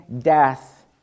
death